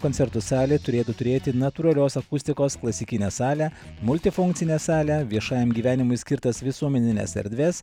koncertų salė turėtų turėti natūralios akustikos klasikinę salę multifunkcinę salę viešajam gyvenimui skirtas visuomenines erdves